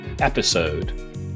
episode